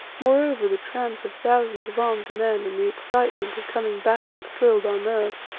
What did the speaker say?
moreover, the tramp of thousands of armed men and the excitement of coming battle thrilled our nerves.